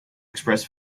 express